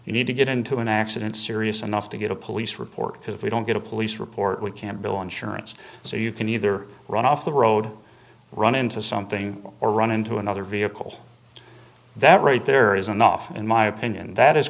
you need to get into an accident serious enough to get a police report because if we don't get a police report we can't bill insurance so you can either run off the road run into something or run into another vehicle that right there is enough in my opinion that is